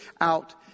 out